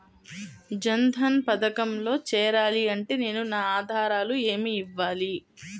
జన్ధన్ పథకంలో చేరాలి అంటే నేను నా ఆధారాలు ఏమి ఇవ్వాలి?